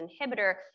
inhibitor